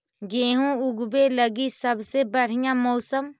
गेहूँ ऊगवे लगी सबसे बढ़िया मौसम?